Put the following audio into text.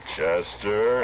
Chester